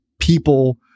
people